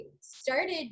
started